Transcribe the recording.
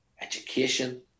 education